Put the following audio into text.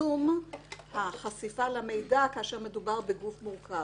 צמצום החשיפה למידע כאשר מדובר בגוף מורכב.